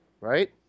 right